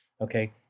okay